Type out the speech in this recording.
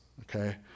okay